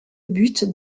buts